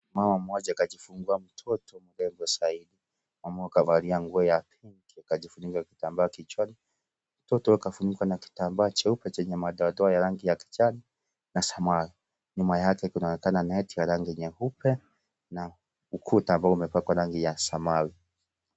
Mama mmoja kajifungua mtoto mrembo zaidi humo akavalia nguo ya pink na kujifunika kitambaa kichwani. Mtoto huyo kafunikwa na kitambaa cheupe chenye madoadoa ya rangi ya kijani na samawi. Nyuma yake kunaonekana Neti ya rangi nyeupe na ukuta ambao umepakwa rangi ya samawi